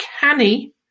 canny